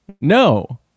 No